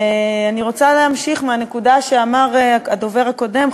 אני רוצה להמשיך מהנקודה שאמר הדובר הקודם,